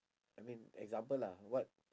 I mean example lah what